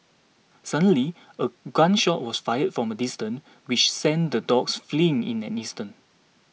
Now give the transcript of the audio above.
suddenly a gun shot was fired from a distance which sent the dogs fleeing in an instant